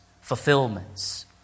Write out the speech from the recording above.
fulfillments